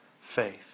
faith